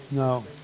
No